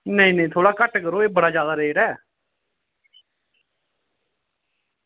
नेईं नेईं थोह्ड़ा घट्ट करो एह् बड़ा जादा रेट ऐ